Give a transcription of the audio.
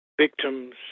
victims